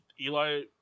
Eli –